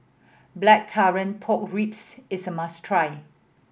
Blackcurrant Pork Ribs is a must try